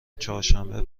چهارشنبه